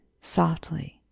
softly